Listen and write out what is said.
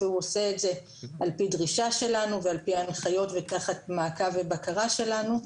והוא עושה את זה על פי דרישה שלנו ועל פי הנחיות ותחת מעקב ובקרה שלנו,